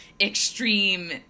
extreme